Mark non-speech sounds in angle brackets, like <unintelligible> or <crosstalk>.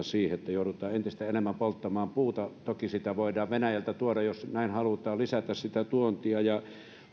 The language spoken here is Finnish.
<unintelligible> siihen että joudutaan entistä enemmän polttamaan puuta toki sitä voidaan venäjältä tuoda jos näin halutaan lisätä sitä tuontia